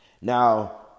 Now